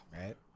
Right